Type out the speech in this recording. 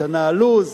והשתנה הלו"ז,